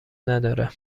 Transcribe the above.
نداره